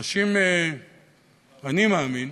אנשים, אני מאמין,